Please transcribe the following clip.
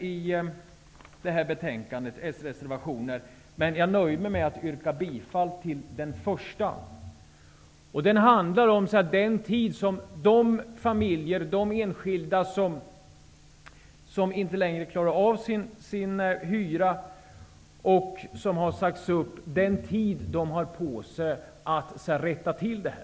Jag nöjer mig dock med att yrka bifall till reservation nr 1 om återvinningsfristen. Det gäller alltså den tid som de familjer eller de enskilda som inte längre klarar av sin hyra och som har sagts upp av värden har på sig att rätta till det hela